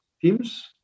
teams